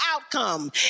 outcome